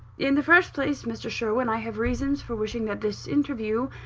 in the first place, mr. sherwin, i have reasons for wishing that this interview,